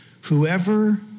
Whoever